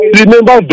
remember